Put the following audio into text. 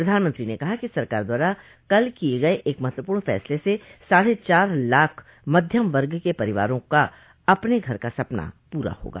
प्रधानमंत्री ने कहा कि सरकार द्वारा कल किये गये एक महत्वपूर्ण फैसले से साढ़े चार लाख मध्यम वर्ग के परिवारों का अपने घर का सपना पूरा होगा